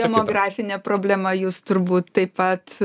demografinė problema jus turbūt taip pat